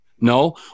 No